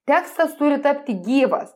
tekstas turi tapti gyvas